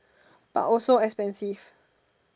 but also expensive